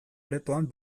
aretoan